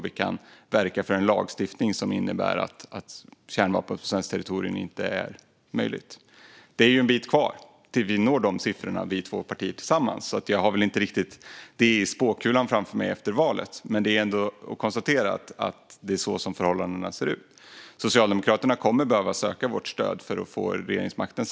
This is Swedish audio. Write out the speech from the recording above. Vi kan verka för en lagstiftning som innebär att kärnvapen på svenskt territorium inte är möjligt. Det är en bit kvar till att vi två partier tillsammans når de siffrorna, så jag har inte riktigt det i spåkulan framför mig efter valet. Jag konstaterar att det är så som förhållandena ser ut. Socialdemokraterna kommer sannolikt att behöva söka vårt stöd för att få regeringsmakten.